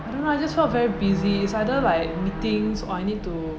I don't know I just felt very busy is either like meetings or I need to